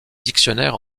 dictionnaire